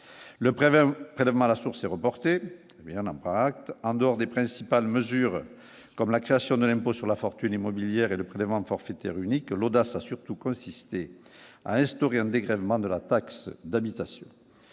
prélèvement à la source est reporté mais on a pas qu'en dehors des principales mesures, comme la création de l'impôt sur la fortune immobilière et le prélèvement forfaitaire unique l'audace a surtout consisté à instaurer un dégrèvement de la taxe d'habitation,